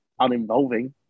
uninvolving